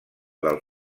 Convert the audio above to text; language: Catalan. del